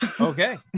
Okay